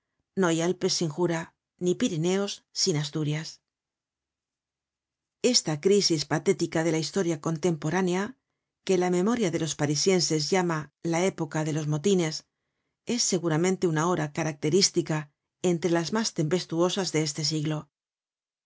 no hay alpes sin jura ni pirineos sin asturias esta crisis patética de la historia contemporánea que la memoria de los parisienses llama la época de los motines es seguramente una hora característica entre las mas tempestuosas de este siglo